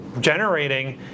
generating